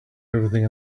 everything